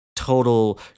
total